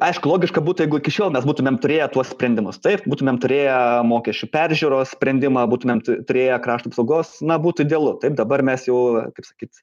aišku logiška būtų jeigu iki šiol mes būtumėm turėję tuos sprendimus taip būtumėm turėję mokesčių peržiūros sprendimą būtumėm turėję krašto apsaugos na būtų idealu taip dabar mes jau kaip sakyt